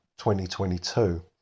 2022